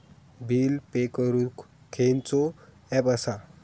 Bill pay करूक खैचो app असा?